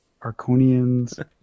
Arconians